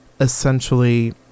essentially